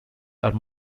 are